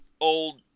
old